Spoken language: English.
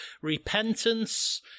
Repentance